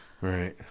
Right